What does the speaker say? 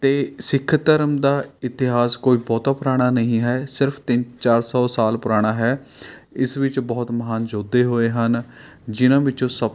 ਅਤੇ ਸਿੱਖ ਧਰਮ ਦਾ ਇਤਿਹਾਸ ਕੋਈ ਬਹੁਤਾ ਪੁਰਾਣਾ ਨਹੀਂ ਹੈ ਸਿਰਫ਼ ਤਿੰਨ ਚਾਰ ਸੌ ਸਾਲ ਪੁਰਾਣਾ ਹੈ ਇਸ ਵਿੱਚ ਬਹੁਤ ਮਹਾਨ ਯੋਧੇ ਹੋਏ ਹਨ ਜਿੰਨ੍ਹਾਂ ਵਿੱਚੋ ਸਭ